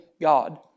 God